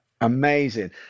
amazing